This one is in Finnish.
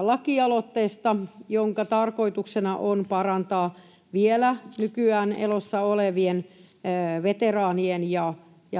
lakialoitteesta, jonka tarkoituksena on parantaa vielä nykyään elossa olevien veteraanien ja